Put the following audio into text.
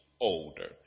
older